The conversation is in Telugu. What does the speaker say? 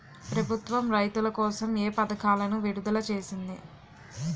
ప్రభుత్వం రైతుల కోసం ఏ పథకాలను విడుదల చేసింది?